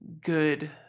good